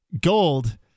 gold